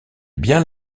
bien